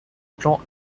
plans